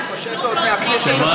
אני חושב שעוד מהכנסת הקודמת.